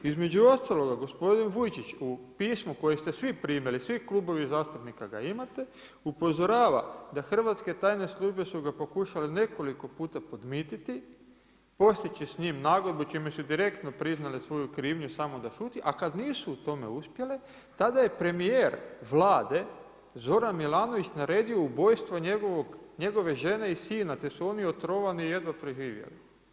Između ostaloga, gospodin Vujčić u pismu koje ste svi primili, svi klubovi zastupnika ga imate, upozorava da hrvatske tajne službe su pokušale nekoliko puta podmititi, postići s njim nagodbu čime su direktno priznale svoju krivnju samo da šuti, a kad nisu u tome uspjele, tada je premijer Vlade Zoran Milanović naredi ubojstvo njegove žene i sina te su oni otrovani jedva preživjeli.